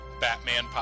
Batman